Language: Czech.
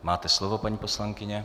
Máte slovo, paní poslankyně.